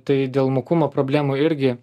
tai dėl mokumo problemų irgi